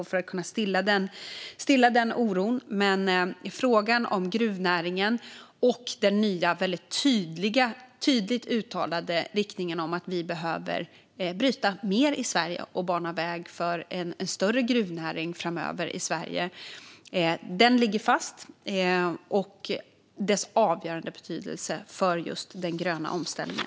Frågan om gruvnäringen och den nya, väldigt tydligt uttalade riktningen att vi behöver bryta mer i Sverige och bana väg för en större gruvnäring i Sverige framöver ligger fast. Det har avgörande betydelse för just den gröna omställningen.